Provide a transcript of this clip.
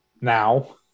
Now